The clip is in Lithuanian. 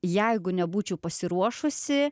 jeigu nebūčiau pasiruošusi